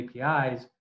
APIs